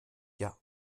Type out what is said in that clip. jahr